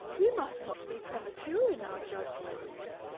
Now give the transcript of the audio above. we must not be premature in our judgments.